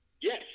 Yes